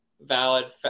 valid